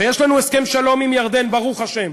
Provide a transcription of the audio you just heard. ויש לנו הסכם שלום עם ירדן, ברוך השם.